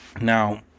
Now